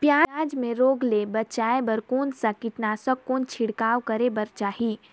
पियाज मे रोग ले बचाय बार कौन सा कीटनाशक कौन छिड़काव करे बर चाही?